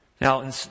Now